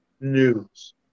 news